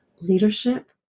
Leadership